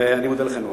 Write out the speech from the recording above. ואני מודה לכם מאוד.